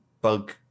bug